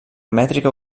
mètrica